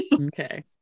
okay